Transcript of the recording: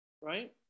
Right